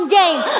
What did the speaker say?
game